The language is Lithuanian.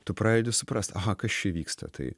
tu pradedi suprast aha kas čia vyksta tai